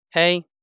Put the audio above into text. Hey